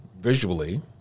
visually